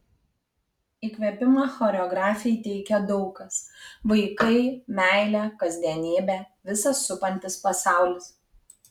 įkvėpimą choreografei teikia daug kas vaikai meilė kasdienybė visas supantis pasaulis